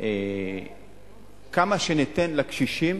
כמה שניתן לקשישים